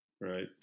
Right